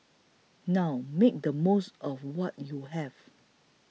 now make the most of what you have